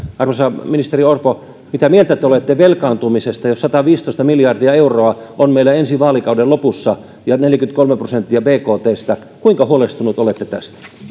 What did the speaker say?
arvoisa ministeri orpo mitä mieltä te olette velkaantumisesta jos sataviisitoista miljardia euroa on meillä ensi vaalikauden lopussa ja neljäkymmentäkolme prosenttia bktstä kuinka huolestunut olette tästä